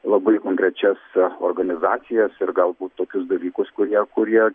labai konkrečias organizacijas ir galbūt tokius dalykus kurie kurie